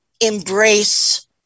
embrace